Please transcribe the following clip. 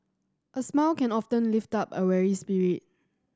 a smile can often lift up a weary spirit